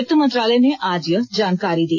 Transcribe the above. वित्त मंत्रालय ने आज यह जानकारी दी